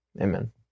Amen